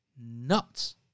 nuts